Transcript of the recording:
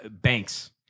banks